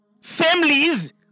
families